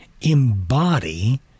embody